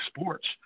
sports